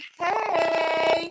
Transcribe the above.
hey